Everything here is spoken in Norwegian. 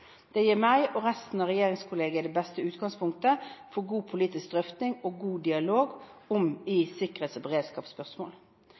gir meg og resten av regjeringskollegiet det beste utgangspunktet for god politisk drøfting og god dialog